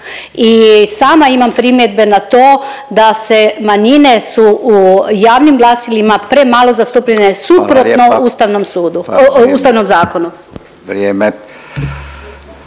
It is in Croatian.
I sama imam primjedbe na to da se, manjine su u javnim glasilima premalo zastupljene… …/Upadica Radin: